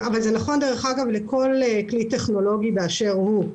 אבל זה נכון לכל כלי טכנולוגי באשר הוא.